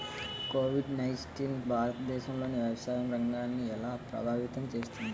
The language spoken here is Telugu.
కోవిడ్ నైన్టీన్ భారతదేశంలోని వ్యవసాయ రంగాన్ని ఎలా ప్రభావితం చేస్తుంది?